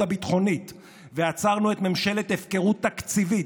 הביטחונית ועצרנו ממשלת הפקרות תקציבית,